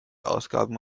ausgaben